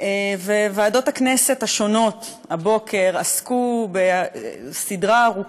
ובעיקר אני רוצה להגיד תודה ליעל קריגר,